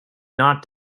not